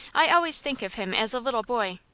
i always think of him as a little boy.